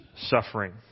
suffering